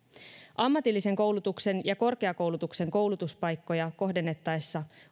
ammatillisen koulutuksen ja korkeakoulutuksen koulutuspaikkoja kohdennettaessa